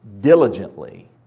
diligently